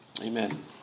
Amen